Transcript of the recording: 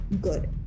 good